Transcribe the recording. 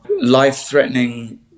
life-threatening